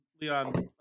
Leon